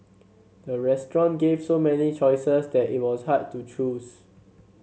the restaurant gave so many choices that it was hard to choose